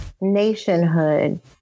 nationhood